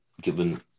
given